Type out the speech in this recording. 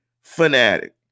fanatic